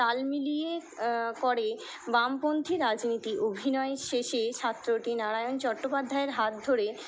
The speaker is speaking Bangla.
তাল মিলিয়ে করে বামপন্থী রাজনীতি অভিনয় শেষে ছাত্রটি নারায়ণ চট্টোপাধ্যায়ের হাত ধরে